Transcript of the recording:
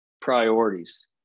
priorities